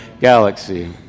galaxy